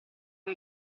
che